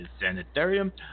sanitarium